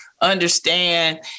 understand